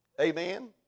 Amen